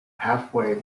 halfway